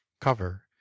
Cover